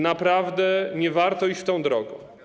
Naprawdę nie warto iść tą drogą.